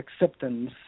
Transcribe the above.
acceptance